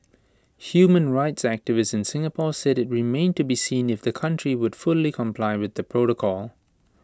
human rights activists in Singapore said IT remained to be seen if the country would fully comply with the protocol